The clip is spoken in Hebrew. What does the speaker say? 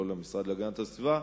לא למשרד להגנת הסביבה,